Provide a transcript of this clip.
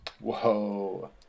Whoa